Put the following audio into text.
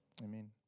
Amen